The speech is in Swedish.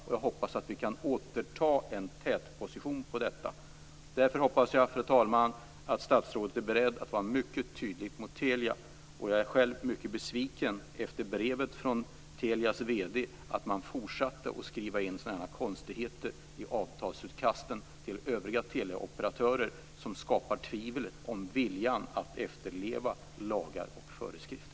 Jag hoppas att vi kan återta en tätposition på detta område. Jag hoppas därför, fru talman, att statsrådet är beredd att vara mycket tydlig mot Telia. Jag är själv mycket besviken efter brevet från Telias vd att man fortsatt att skriva in sådana konstigheter i avtalsutkasten till övriga teleoperatörer. Det skapar tvivel om viljan att efterleva lagar och föreskrifter.